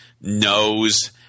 knows –